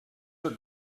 your